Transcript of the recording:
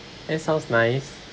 that sounds nice